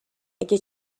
اگه